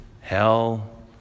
hell